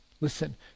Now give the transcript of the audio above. listen